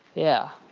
yeah